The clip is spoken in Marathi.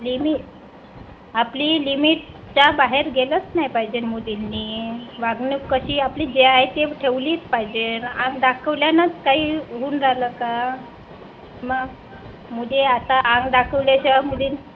लिमिट आपली लिमिटच्या बाहेर गेलंच नाही पाहिजे मुलींनी वागणूक कशी आपली जे आहे ते ठेवलीच पाहिजे अंग दाखवल्यानंच काही होऊन राहिलं का मग मुली आता अंग दाखवल्याशिवाय मुली